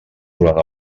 durant